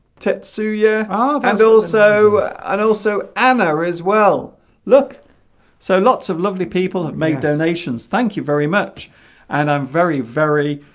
check tsuya ah oh and also and also ana as well look so lots of lovely people have made donations thank you very much and i'm very very